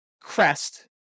crest